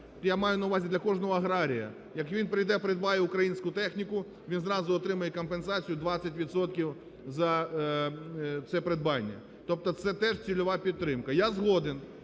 я маю на увазі для кожного аграрія, як він прийде придбає українську техніку він зразу отримає компенсацію 20 відсотків за це придбання. Тобто це теж цільова підтримка. Я згоден,